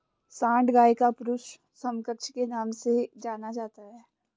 सांड गाय का पुरुष समकक्ष के नाम से जाना जाता है